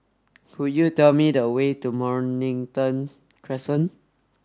could you tell me the way to Mornington Crescent